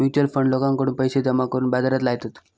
mutual fund लोकांकडून पैशे जमा करून बाजारात लायतत